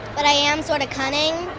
but i am sort of cunning.